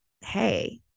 hey